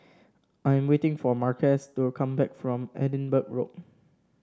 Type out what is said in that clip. I am waiting for Marques to come back from Edinburgh Road